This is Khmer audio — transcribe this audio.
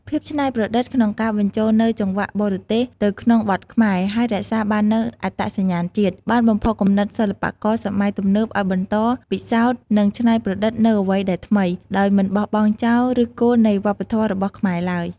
ភាពច្នៃប្រឌិតក្នុងការបញ្ចូលនូវចង្វាក់បរទេសទៅក្នុងបទខ្មែរ ហើយរក្សាបាននូវអត្តសញ្ញាណជាតិ បានបំផុសគំនិតសិល្បករសម័យទំនើបឱ្យបន្ត ពិសោធន៍ និងច្នៃប្រឌិត នូវអ្វីដែលថ្មី ដោយមិនបោះបង់ចោលឫសគល់នៃវប្បធម៌របស់ខ្មែរឡើយ ។